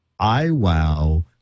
iWow